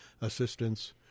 assistance